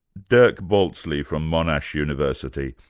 dirk baltzly from monash university.